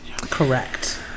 Correct